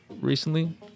recently